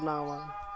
اپناوان